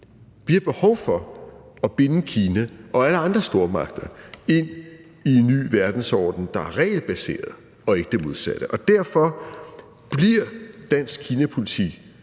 Vi har behov for at binde Kina og alle andre stormagter ind i en ny verdensorden, der er regelbaseret, og ikke det modsatte. Derfor bliver dansk Kinapolitik